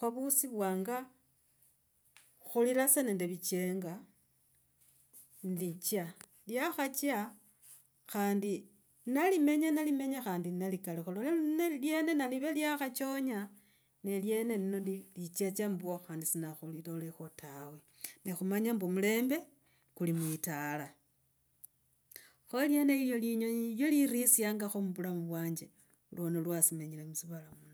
khwavusiwanga khulilase nende vichenga ni licha. Lya khacha nelimenya nalimenya khandi nalikalukha. Lakinin neli lyene live lyakhachonya ne liene licha cha mbwa, khandi nasina khulelekho tawe. Nakhumanga mbu mulembe kuli mwitala. Kho lienelo linyanyi nilyo lirisianga muvulamu vwanjo luona mwa simenyele musivala muno.